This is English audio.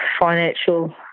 financial